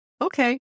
Okay